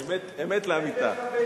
אמת לאמיתה.